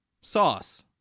Sauce